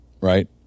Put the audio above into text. right